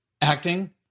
acting